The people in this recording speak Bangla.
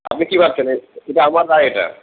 আপনি কি ভাবছেন এটা আমার রায় এটা